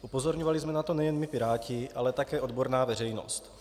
Upozorňovali jsme na to nejen my Piráti, ale také odborná veřejnost.